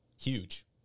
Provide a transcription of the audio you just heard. Huge